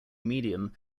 medium